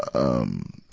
um,